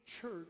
church